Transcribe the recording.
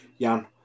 Jan